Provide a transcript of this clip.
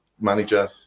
manager